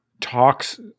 talks